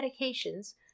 medications